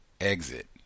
exit